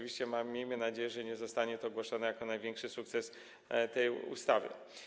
Miejmy nadzieję, że nie zostanie to ogłoszone jako największy sukces tej ustawy.